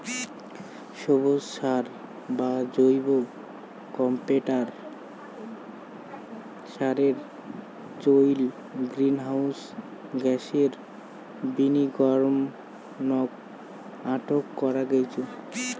সবুজ সার বা জৈব কম্পোট সারের চইল গ্রীনহাউস গ্যাসের বিনির্গমনক আটক করা গেইচে